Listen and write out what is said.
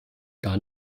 gar